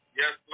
yes